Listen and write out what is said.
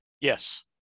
Yes